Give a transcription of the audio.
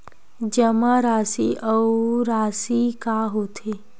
जमा राशि अउ राशि का होथे?